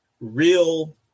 real